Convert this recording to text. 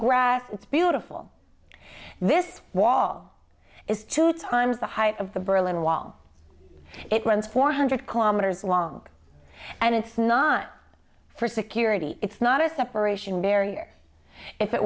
grass it's beautiful this wall is two times the height of the berlin wall it runs four hundred kilometers long and it's not for security it's not a separation barrier if it